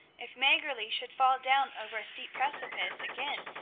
if maggerli should fall down over a steep precipice again,